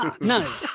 no